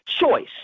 choice